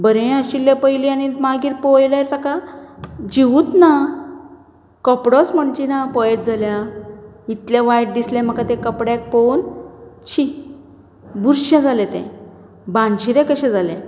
बरें आशिल्लें पयलीं आनी मागीर पळयल्यार ताका जिवूच ना कपडोच म्हणची ना पळयत जाल्यार इतलें वायट दिसलें म्हाका ते कपड्याक पळोवन छी बुरशें जालें तें बाणशीरें कशें जालें